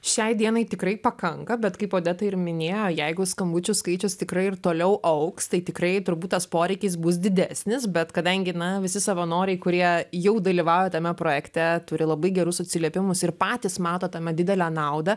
šiai dienai tikrai pakanka bet kaip odeta ir minėjo jeigu skambučių skaičius tikrai ir toliau augs tai tikrai turbūt tas poreikis bus didesnis bet kadangi na visi savanoriai kurie jau dalyvauja tame projekte turi labai gerus atsiliepimus ir patys mato tame didelę naudą